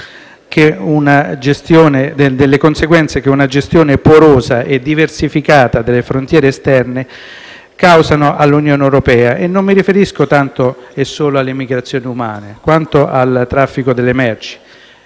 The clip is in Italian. che una gestione porosa e diversificata delle frontiere esterne causa all'Unione europea. Non mi riferisco tanto e solo alle migrazioni umane, quanto al traffico delle merci.